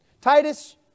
Titus